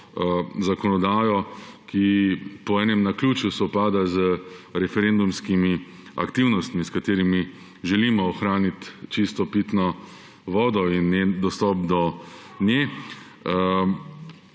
zakonodajo, ki po enem naključju sovpada z referendumskimi aktivnostmi, s katerimi želimo ohranit čisto pitno vodo in njen dostop do nje,